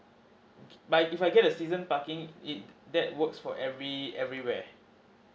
but if I get the season parking it that works for every everywhere